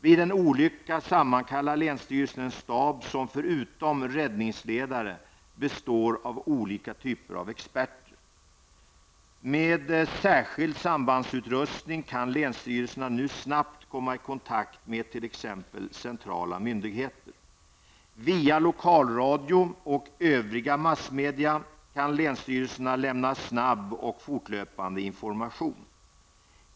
Vid en olycka sammankallar länsstyrelsen en stab som förutom räddningsledare består av olika typer av experter. -- Med särskild sambandsutrustning kan länsstyrelserna nu snabbt komma i kontakt med t.ex. centrala myndigheter. -- Via lokalradio och övriga massmedia kan länsstyrelserna lämna snabb och fortlöpande information.